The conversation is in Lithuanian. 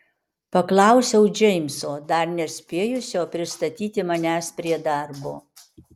paklausiau džeimso dar nespėjusio pristatyti manęs prie darbo